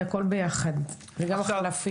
זה הכול ביחד, וגם החלפים.